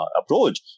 approach